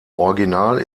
original